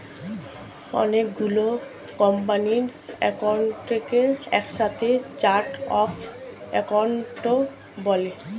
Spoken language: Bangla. অনেক গুলো কোম্পানির অ্যাকাউন্টকে একসাথে চার্ট অফ অ্যাকাউন্ট বলে